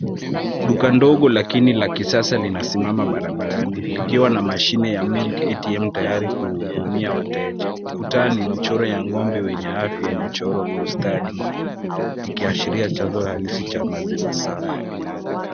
Duka ndogo lakini la kisasa linasimama barabarani likiwa na mashine ya milk atm tayari kuhudumia wateja. Ukutani michoro ya ng'ombe wenye afya imechorwa kwa ustadi mkubwa ikiashiria chanzo halisi cha maziwa safi.